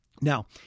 Now